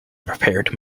prepared